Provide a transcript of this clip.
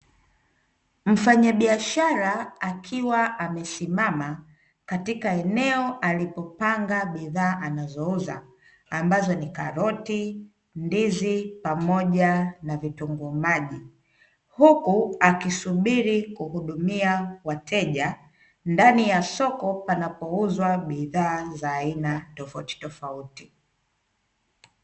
Mfanyabiashara akiwa amesimama katika eneo alipopanga bidhaa anazouza ambazo ni karoti, ndizi pamoja na vitunguu maji. Huku akisubiri kuhudumia wateja ndani ya soko panapouzwa bidhaa za aina tofautitofauti.